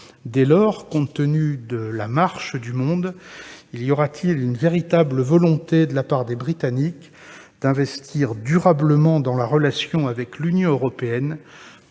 Dès lors, compte tenu de la marche du monde, y aura-t-il une véritable volonté de la part des Britanniques d'investir durablement dans la relation avec l'Union européenne